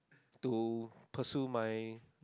to pursue my